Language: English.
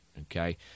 Okay